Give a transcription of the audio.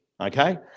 okay